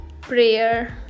prayer